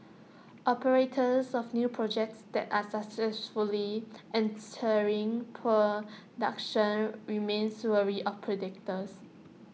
operators of new projects that are successfully entering production remains wary of predators